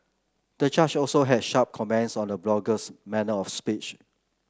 the judge also had sharp comments on the blogger's manner of speech